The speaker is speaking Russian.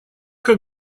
как